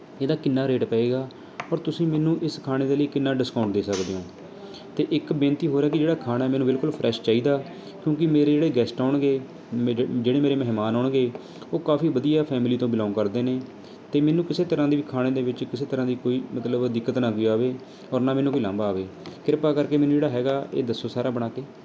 ਇਹਦਾ ਕਿੰਨਾ ਰੇਟ ਪਏਗਾ ਔਰ ਤੁਸੀਂ ਮੈਨੂੰ ਇਸ ਖਾਣੇ ਦੇ ਲਈ ਕਿੰਨਾ ਡਿਸਕਾਊਂਟ ਦੇ ਸਕਦੇ ਹੋ ਅਤੇ ਇੱਕ ਬੇਨਤੀ ਹੋਰ ਹੈ ਕਿ ਜਿਹੜਾ ਖਾਣਾ ਮੈਨੂੰ ਬਿਲਕੁਲ ਫਰੈਸ਼ ਚਾਹੀਦਾ ਕਿਉਂਕਿ ਮੇਰੇ ਜਿਹੜੇ ਗੈਸਟ ਆਉਣਗੇ ਮੇ ਜੇ ਜਿਹੜੇ ਮੇਰੇ ਮਹਿਮਾਨ ਆਉਣਗੇ ਉਹ ਕਾਫੀ ਵਧੀਆ ਫੈਮਲੀ ਤੋਂ ਬਿਲੋਂਗ ਕਰਦੇ ਨੇ ਅਤੇ ਮੈਨੂੰ ਕਿਸੇ ਤਰ੍ਹਾਂ ਦੀ ਵੀ ਖਾਣੇ ਦੇ ਵਿੱਚ ਕਿਸੇ ਤਰ੍ਹਾਂ ਦੀ ਕੋਈ ਮਤਲਬ ਦਿੱਕਤ ਨਾ ਕੋਈ ਆਵੇ ਔਰ ਨਾ ਮੈਨੂੰ ਕੋਈ ਅਲਾਂਭਾ ਆਵੇ ਕਿਰਪਾ ਕਰਕੇ ਮੈਨੂੰ ਜਿਹੜਾ ਹੈਗਾ ਇਹ ਦੱਸੋ ਸਾਰਾ ਬਣਾ ਕੇ